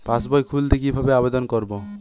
পাসবই খুলতে কি ভাবে আবেদন করব?